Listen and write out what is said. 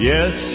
Yes